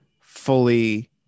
fully